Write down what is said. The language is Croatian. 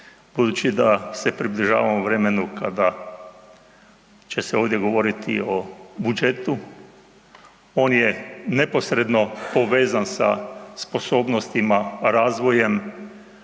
budući da se približavamo vremenu kada će se ovdje govoriti o budžetu, on je neposredno povezan sa sposobnostima, razvojem